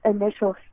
initial